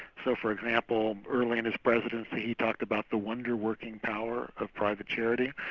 so for example, early in his presidency he talked about the wonder working power of private charity,